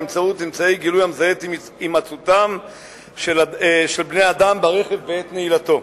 באמצעות אמצעי גילוי המזהה את הימצאותם של בני-אדם ברכב בעת נעילתו.